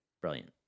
Brilliant